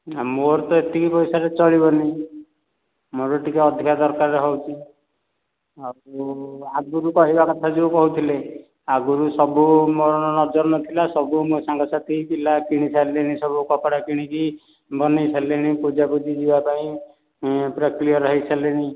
ଆଉ ମୋର ତ ଏତିକି ପଇସାରେ ଚଳିବନି ମୋର ଟିକିଏ ଅଧିକା ଦରକାର ହେଉଛି ଆଉ ଆଗରୁ କହିବା କଥା ଯେଉଁ କହୁଥିଲେ ଆଗରୁ ସବୁ ମୋ ନଜର ନଥିଲା ସବୁ ମୋ ସାଙ୍ଗ ସାଥି ପିଲା କିଣି ସାରିଲେଣି ସବୁ କପଡା କିଣିକି ବନେଇସାରିଲେଣି ପୂଜା ପୂଜି ଯିବା ପାଇଁ ପୁରା କ୍ଲିଅର୍ ହୋଇସାରିଲେଣି